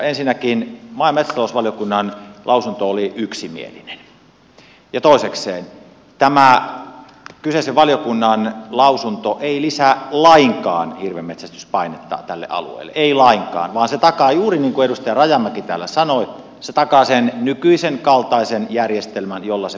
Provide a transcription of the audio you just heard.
ensinnäkin maa ja metsätalousvaliokunnan lausunto oli yksimielinen ja toisaalta tämä kyseisen valiokunnan lausunto ei lisää lainkaan hirvenmetsästyspainetta tälle alueelle ei lainkaan vaan se takaa juuri niin kuin edustaja rajamäki täällä sanoi sen nykyisen kaltaisen järjestelmän jolla pystytään se hirvenmetsästys hoitamaan